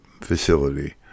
facility